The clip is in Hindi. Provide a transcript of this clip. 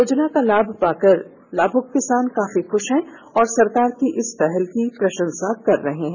योजना का लाभ पाकर लाभुक किसान काफी खुश हैं और सरकार की इस पहल की प्रशंसा कर रहे हैं